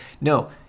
no